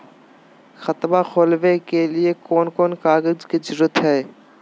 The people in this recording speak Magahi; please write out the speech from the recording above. खाता खोलवे के लिए कौन कौन कागज के जरूरत है?